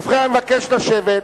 ובכן, אני מבקש לשבת.